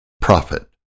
prophet